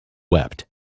wept